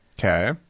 Okay